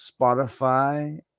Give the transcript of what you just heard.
Spotify